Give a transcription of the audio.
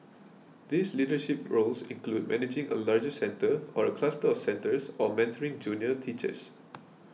these leadership roles include managing a larger centre or a cluster of centres or mentoring junior teachers